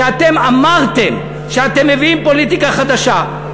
כשאתם אמרתם שאתם מביאים פוליטיקה חדשה.